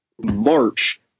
March